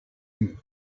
tea